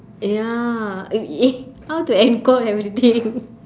ya eh how to end call everything